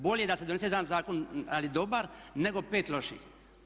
Bolje da se donese jedan zakon ali dobar nego pet loših.